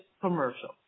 commercial